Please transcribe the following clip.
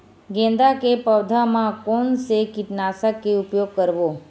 गेंदा के पौधा म कोन से कीटनाशक के उपयोग करबो?